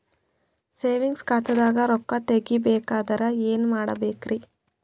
Savings ಖಾತಾದಾಗ ರೊಕ್ಕ ತೇಗಿ ಬೇಕಾದರ ಏನ ಮಾಡಬೇಕರಿ?